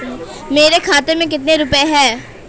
मेरे खाते में कितने रुपये हैं?